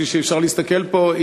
כפי שאפשר להסתכל פה,